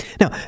Now